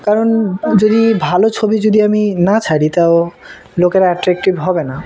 কারণ যদি ভালো ছবি যদি আমি না ছাড়ি তাও লোকেরা অ্যাট্রাক্টিভ হবে না